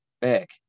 back